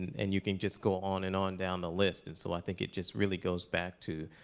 and you can just go on and on down the list. and so, i think it just really goes back to